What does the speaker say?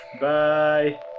bye